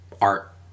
art